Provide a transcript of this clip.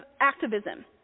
activism